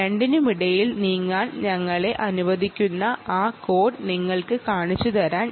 രണ്ടിനുമിടയിൽ നീങ്ങാൻ അനുവദിക്കുന്ന ആ കോഡ് നിങ്ങൾക്ക് ഞാൻ കാണിച്ചു തരാം